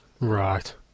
Right